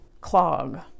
clog